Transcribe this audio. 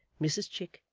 mrs chick.